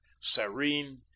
serene